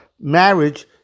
marriage